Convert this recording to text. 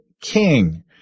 King